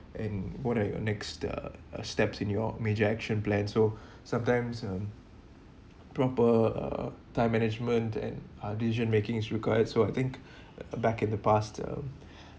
and what are your next uh steps in your major action plan so sometimes um proper uh time management and uh decision making is required so I think back in the past uh